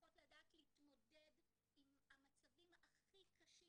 שצריכות לדעת להתמודד עם המצבים הכי קשים